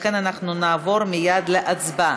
לכן אנחנו נעבור מייד להצבעה,